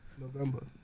November